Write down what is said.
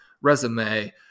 resume